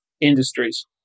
industries